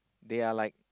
they are like